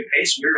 pace